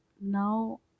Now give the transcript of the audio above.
now